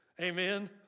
Amen